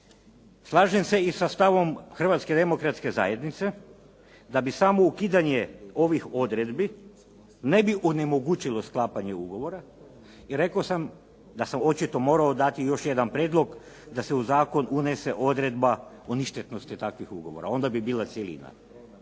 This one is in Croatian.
Slažem se i sa stavom Hrvatske Demokratske Zajednice, da bi samo ukidanje ovih odredbi ne bi onemogućilo sklapanje ugovora i rekao sam da sam očito morao dati još jedan prijedlog da se u zakon unese odredba o ništetnosti takvih ugovora, onda bi bila cjelina.